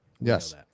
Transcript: yes